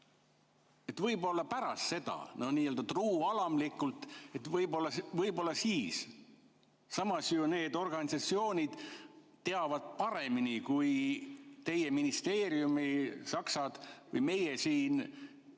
võib-olla pärast seda, nii‑öelda truualamlikult, et võib-olla siis. Samas, need organisatsioonid teavad paremini kui teie ministeeriumi saksad või meie siin,